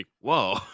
whoa